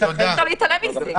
אי אפשר להתעלם מזה.